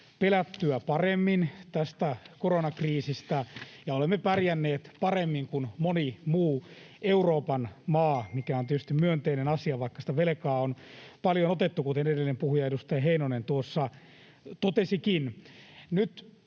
pelättyä paremmin tästä koronakriisistä, ja olemme pärjänneet paremmin kuin moni muu Euroopan maa, mikä on tietysti myönteinen asia, vaikka sitä velkaa on paljon otettu, kuten edellinen puhuja, edustaja Heinonen, tuossa totesikin.